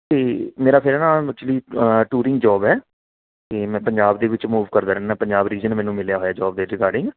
ਅਤੇ ਮੇਰਾ ਫਿਰ ਨਾ ਐਚੁਲੀ ਟੂਰਿੰਗ ਜੋਬ ਹੈ ਅਤੇ ਮੈਂ ਪੰਜਾਬ ਦੇ ਵਿੱਚ ਮੂਵ ਕਰਦਾ ਰਹਿੰਦਾ ਪੰਜਾਬ ਰੀਜਨ ਮੈਨੂੰ ਮਿਲਿਆ ਹੋਇਆ ਜੋਬ ਦੇ ਰਿਗਾਰਡਿੰਗ